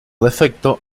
defecto